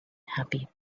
happy